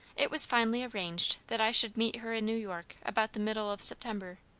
it was finally arranged that i should meet her in new york about the middle of september.